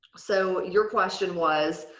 so, your question was.